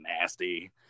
nasty